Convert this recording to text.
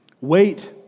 Wait